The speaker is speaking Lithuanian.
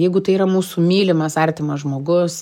jeigu tai yra mūsų mylimas artimas žmogus